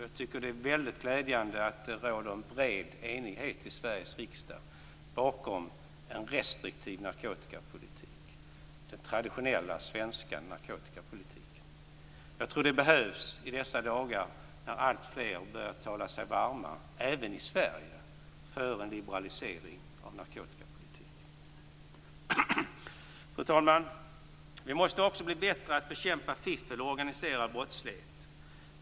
Jag tycker att det är mycket glädjande att det råder en bred enighet i Sveriges riksdag om en restriktiv narkotikapolitik - den traditionella svenska narkotikapolitiken. Jag tror det behövs i dessa dagar när alltfler börjar tala sig varma för en liberalisering av narkotikapolitiken även i Sverige. Fru talman! Vi måste också bli bättre på att bekämpa fiffel och organiserad brottslighet.